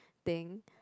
thing